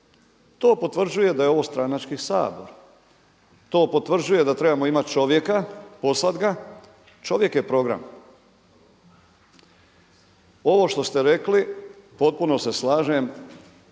To potvrđuje da je ovo stranački Sabor, to potvrđuje da trebamo imati čovjeka, poslat ga, čovjek je program. Ovo što ste rekli potpuno se slažem